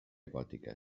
gòtica